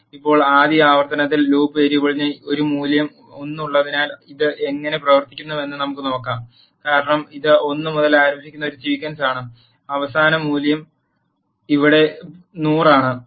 ഇപ്പോൾ ആദ്യ ആവർത്തനത്തിൽ ലൂപ്പ് വേരിയബിളിന് ഒരു മൂല്യം 1 ഉള്ളതിനാൽ ഇത് എങ്ങനെ പ്രവർത്തിക്കുന്നുവെന്ന് നമുക്ക് നോക്കാം കാരണം ഇത് 1 മുതൽ ആരംഭിക്കുന്ന ഒരു സീക്വൻസാണ് അവസാന മൂല്യം ഇവിടെ 100 ആണ്